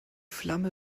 flamme